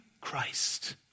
Christ